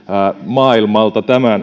maailmalta tämän